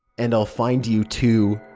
and i'll find you too.